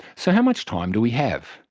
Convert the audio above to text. so how much time do we have?